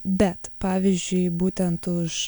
bet pavyzdžiui būtent už